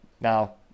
Now